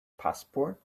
passport